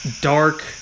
dark